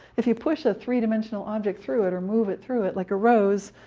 if you push a three dimensional object through it or move it through it like a rose,